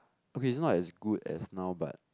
okay it's not as good as now but